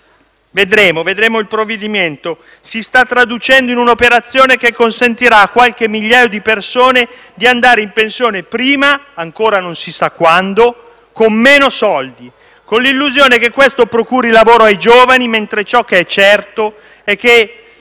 100, vedremo il provvedimento, che si sta traducendo in un'operazione che consentirà a qualche migliaio di persone di andare in pensione prima, ancora non si sa quando, con meno soldi e con l'illusione che questo procuri lavoro ai giovani. Mentre ciò che è certo è che